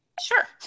Sure